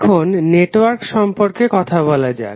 এখন নেটওয়ার্ক সম্পর্কে কথা বলা যাক